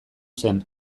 zen